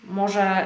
może